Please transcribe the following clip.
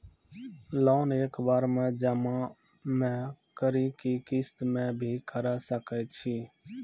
Loan एक बार जमा म करि कि किस्त मे भी करऽ सके छि?